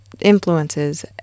influences